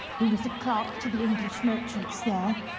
he was a clerk to the english merchants there,